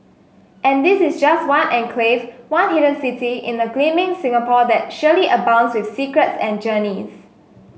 and this is just one enclave one hidden city in a gleaming Singapore that surely abounds with secrets and journeys